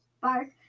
bark